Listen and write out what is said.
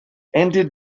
ended